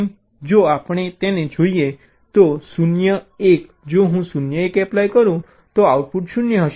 જો આપણે તેને જોઈએ તો 0 1 જો હું 0 1 એપ્લાય કરું તો આઉટપુટ 0 હશે